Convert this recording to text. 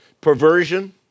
perversion